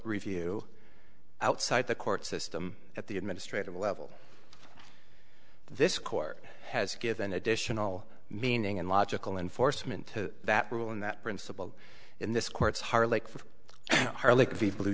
review outside the court system at the administrative level this court has given additional meaning and logical enforcement to that rule and that principle in this court's harlech harley v blue